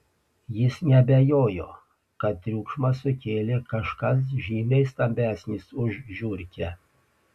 jis neabejojo kad triukšmą sukėlė kažkas žymiai stambesnis už žiurkę